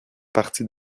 partie